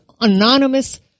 anonymous